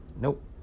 Nope